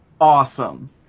Awesome